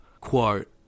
quote